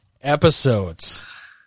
episodes